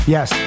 Yes